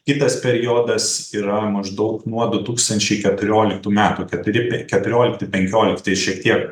kitas periodas yra maždaug nuo du tūkstančiai keturioliktų metų keturi keturiolikti penkiolikti šiek tiek